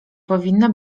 powinna